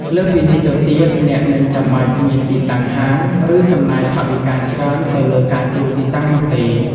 លើសពីនេះទៅទៀត អ្នកមិនចាំបាច់មានទីតាំងហាង ឬចំណាយថវិកាច្រើនទៅលើការជួលទីតាំងនោះទេ។